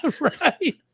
right